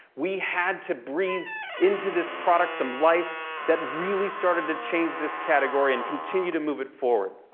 we had to breath into this product some life that really started to change this category and continue to move it forward.